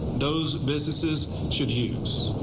those businesses should use.